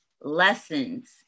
lessons